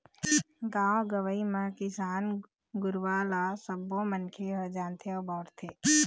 गाँव गंवई म किसान गुरूवा ल सबो मनखे ह जानथे अउ बउरथे